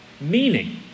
Meaning